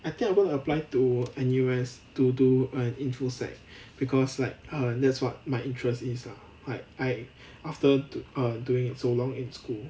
I think I'm going to apply to N_U_S to do err info sec because like err that's what my interest is lah like I after two err doing it so long in school